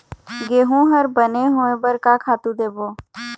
गेहूं हर बने होय बर का खातू देबो?